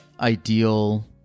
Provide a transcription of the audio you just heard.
ideal